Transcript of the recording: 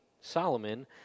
Solomon